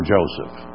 Joseph